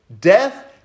death